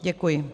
Děkuji.